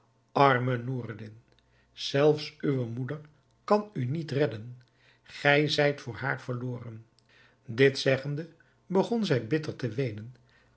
arme noureddin zelfs uwe moeder kan u niet redden gij zijt voor haar verloren dit zeggende begon zij bitter te weenen